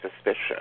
suspicion